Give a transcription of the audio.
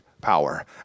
power